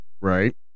Right